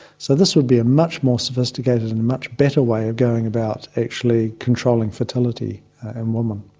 so this would be a much more sophisticated and much better way of going about actually controlling fertility in women.